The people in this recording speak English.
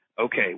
okay